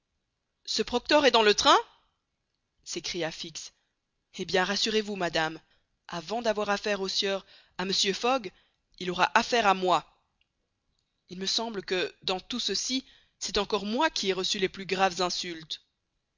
ce proctor est dans le train s'écria fix eh bien rassurez-vous madame avant d'avoir affaire au sieur à mr fogg il aura affaire à moi il me semble que dans tout ceci c'est encore moi qui ai reçu les plus graves insultes